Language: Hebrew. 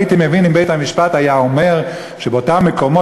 והייתי מבין אם בית-המשפט היה אומר שבאותם מקומות